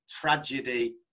tragedy